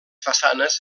façanes